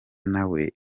nawe